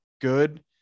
good